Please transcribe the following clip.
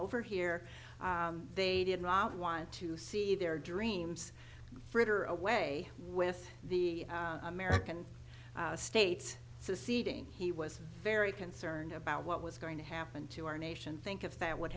over here they did not want to see their dreams fritter away with the american states seceding he was very concerned about what was going to happen to our nation think if that w